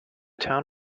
town